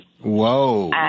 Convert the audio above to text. Whoa